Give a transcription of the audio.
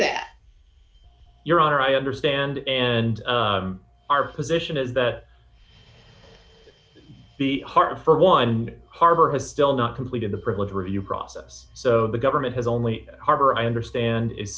that your honor i understand and our position is that the heart for one harbor has still not completed the privileged review process so the government has only harbor i understand it